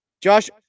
Josh